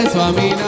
Swami